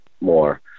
more